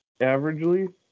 averagely